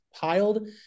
piled